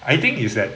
I think is at